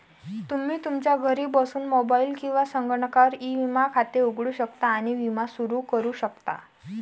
तुम्ही तुमच्या घरी बसून मोबाईल किंवा संगणकावर ई विमा खाते उघडू शकता आणि विमा सुरू करू शकता